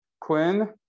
quinn